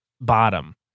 bottom